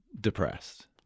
depressed